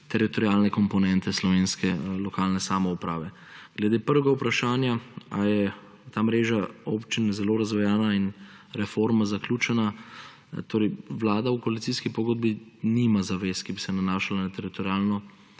teritorialne komponente slovenske lokalne samouprave. Glede prvega vprašanja, ali je ta mreža občin zelo razvejana in reforma zaključena. Vlada v koalicijski pogodbi nima zavez, ki bi se nanašale na teritorialno